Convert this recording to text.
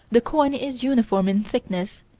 the coin is uniform in thickness,